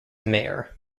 mayor